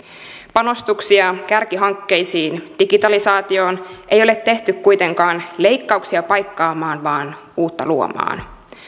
panostuksia kärkihankkeisiin digitalisaatioon ei ole tehty kuitenkaan leikkauksia paikkaamaan vaan uutta luomaan